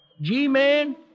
G-Man